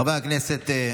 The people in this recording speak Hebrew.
חברי הכנסת,